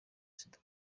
sida